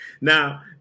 Now